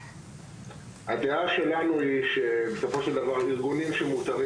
הדעה שלנו היא שבסופו של דבר ארגונים שמותרים